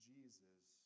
Jesus